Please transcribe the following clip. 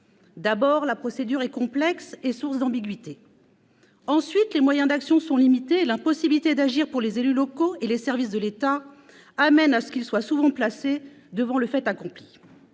d'abord, la procédure est complexe et source d'ambiguïté. Ensuite, les moyens d'action sont limités, et l'impossibilité d'agir pour les élus locaux et les services de l'État amène à ce qu'ils soient souvent placés devant le fait accompli.